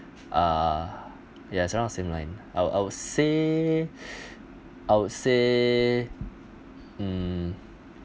uh ya it's around the same line I'd I'd say I'd say hmm